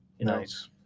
Nice